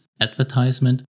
Advertisement